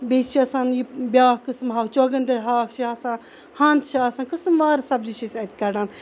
بیٚیہِ چھ آسان یہِ بیاکھ قسم یہِ چۄگَندَر ہاکھ چھُ آسان ہَنٛد چھِ آسان قسم وار سبزی چھِ أسۍ اَتہِ کَڑان